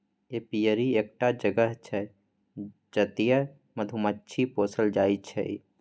apiary एकटा जगह छै जतय मधुमाछी पोसल जाइ छै